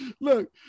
Look